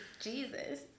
jesus